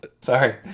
sorry